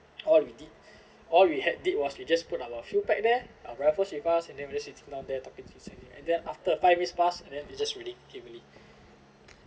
all we did all we had did was we just put up a field pack there our rifles with us and then we just sitting down there talking to each other and then after five minutes pass and then it's just raining heavily